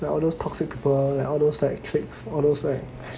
ya all those toxic people like all those like tricks or those like